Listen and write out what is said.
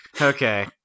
okay